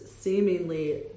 seemingly